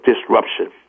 disruption